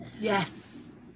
yes